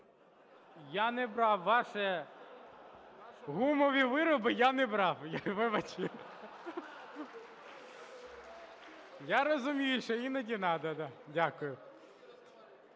Я не брав ваші гумові вироби, я не брав, вибачте… Я розумію, що іноді надо. Дякую.